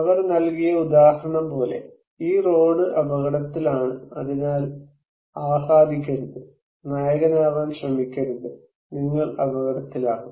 അവർ നൽകിയ ഉദാഹരണം പോലെ ഈ റോഡ് അപകടത്തിലാണ് അതിനാൽ ആഹ്ലാദിക്കരുത് നായകനാകാൻ ശ്രമിക്കരുത് നിങ്ങൾ അപകടത്തിലാകും